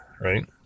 right